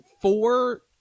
four